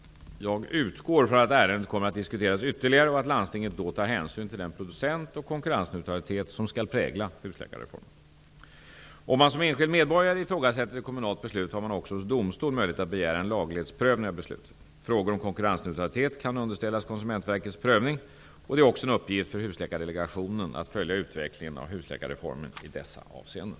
Jag utgår från att ärendet kommer att diskuteras ytterligare och att landstinget då tar hänsyn till den producent och konkurrensneutralitet som skall prägla husläkarreformen. Om man som enskild medborgare ifrågasätter ett kommunalt beslut har man också hos domstol möjlighet att begära en laglighetsprövning av beslutet. Frågor om konkurrensneutralitet kan underställas Konsumentverkets prövning. Det är också en uppgift för husläkardelegationen att följa utvecklingen av husläkarreformen i dessa avseenden.